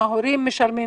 וגם ההורים משלמים,